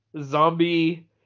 zombie